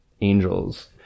angels